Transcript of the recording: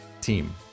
team